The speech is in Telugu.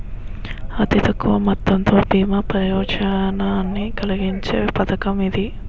అతి తక్కువ మొత్తంతో బీమా ప్రయోజనాన్ని కలిగించే పథకం ఇది